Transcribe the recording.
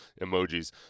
emojis